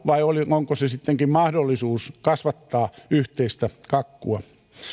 vai onko se sittenkin mahdollisuus kasvattaa yhteistä kakkua